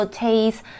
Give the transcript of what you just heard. taste